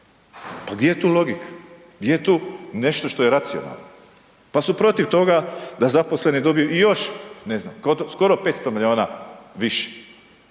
Pa gdje je tu logika, gdje je tu nešto što je racionalno? Pa su protiv toga da zaposleni dobiju i još ne znam skoro 500 milijuna više,